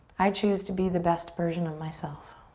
i choose to be the best version of myself.